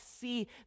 see